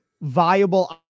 viable